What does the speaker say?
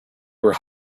were